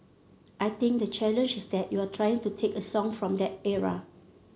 I think the challenge is that you are trying to take a song from that era